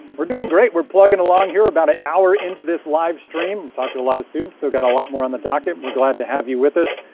we're doing great, we're plugging along here about an hour into this livestream, talk to a lot of students, they've got a lot more on the docket, we're glad to have you with us.